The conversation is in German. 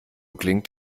klingt